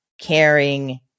caring